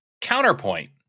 Counterpoint